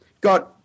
got